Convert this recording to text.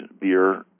beer